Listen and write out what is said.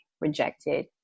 rejected